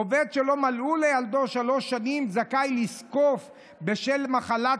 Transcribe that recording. עובד שלא מלאו לילדו שלוש שנים זכאי לזקוף בשל מחלת